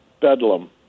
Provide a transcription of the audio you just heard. bedlam